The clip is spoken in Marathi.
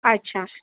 अच्छा